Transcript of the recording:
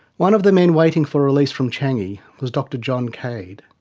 one of the men waiting for release from changi was dr john cade.